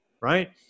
right